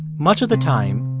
much of the time,